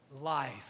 life